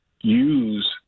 use